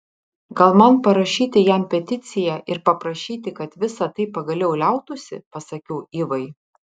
gal man parašyti jam peticiją ir paprašyti kad visa tai pagaliau liautųsi pasakiau ivai